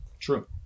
True